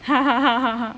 哈哈哈哈哈